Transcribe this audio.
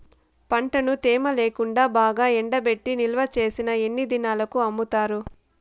పంటను తేమ లేకుండా బాగా ఎండబెట్టి నిల్వచేసిన ఎన్ని దినాలకు అమ్ముతారు?